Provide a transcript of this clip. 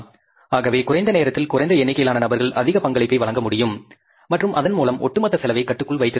ஆகவே குறைந்த நேரத்தில் குறைந்த எண்ணிக்கையிலான நபர்கள் அதிக பங்களிப்பை வழங்க முடியும் மற்றும் அதன் மூலம் ஒட்டுமொத்த செலவை கட்டுக்குள் வைத்திருக்க முடியும்